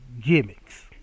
gimmicks